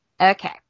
Okay